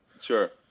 Sure